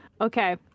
Okay